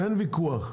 אין ויכוח.